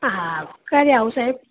હા ક્યારે આવું સાહેબ